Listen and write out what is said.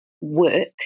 work